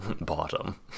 bottom